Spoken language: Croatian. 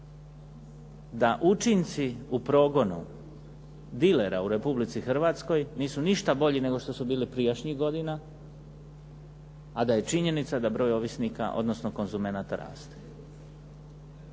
da učinci u progonu dilera u Republici Hrvatskoj nisu ništa bolji nego što su bili prijašnjih godina, a da je činjenica da broj ovisnika, odnosno konzumenata raste.